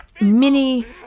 mini